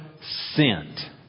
sent